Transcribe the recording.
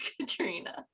Katrina